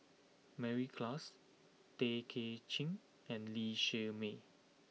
Mary Klass Tay Kay Chin and Lee Shermay